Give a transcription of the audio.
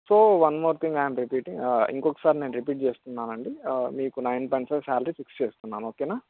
so one more thing I am repeating ఇంకోకసారి నేను repeat చేస్తున్నానండి మీకు nine point five salary fix చేస్తున్నాను ఓకేనా